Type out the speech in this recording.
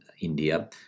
India